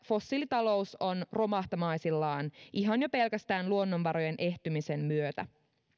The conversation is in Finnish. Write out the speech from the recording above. fossiilitalous on romahtamaisillaan ihan jo pelkästään luonnonvarojen ehtymisen myötä